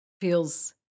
feels